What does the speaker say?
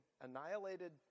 annihilated